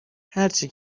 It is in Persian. هرچی